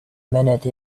minute